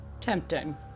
Tempting